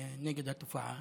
נגד התופעה.